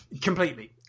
Completely